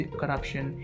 corruption